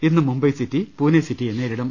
ഇന്ന് മുംബൈ സിറ്റി പൂനെ സിറ്റിയെ നേരിടും